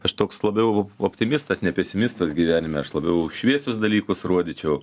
aš toks labiau optimistas ne pesimistas gyvenime aš labiau šviesius dalykus rodyčiau